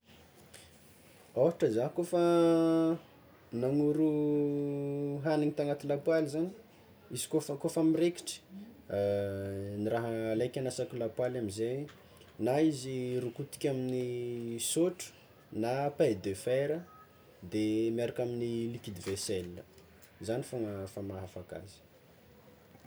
Ohatra zah koa fa nanoro hagnigny tagnaty lapoaly zagny, izy koa fa koa fa mirekitry, ny raha aleky hanasako lapoaly amzay na izy rokotiko amin'ny sotro na paille de fer de miaraka amin'ny liquide vaisselle, zagny fogna fa mahafaka azy.